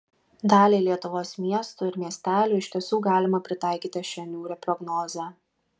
daliai lietuvos miestų ir miestelių iš tiesų galima pritaikyti šią niūrią prognozę